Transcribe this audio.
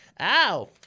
ow